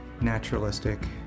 naturalistic